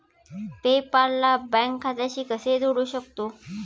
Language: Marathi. पे पाल ला बँक खात्याशी कसे जोडू शकतो?